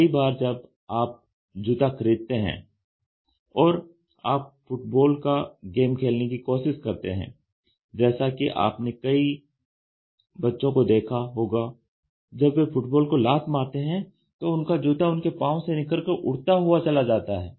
कई बार जब आप जूता खरीदते हैं और आप फुटबॉल का गेम खेलने की कोशिश करते हैं जैसा कि आपने कई बच्चों को देखा होगा जब वे फुटबॉल को लात मारते हैं तो उनका जूता उनके पांव से निकलकर उड़ता हुआ चला जाता है